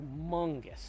humongous